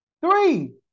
Three